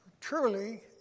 truly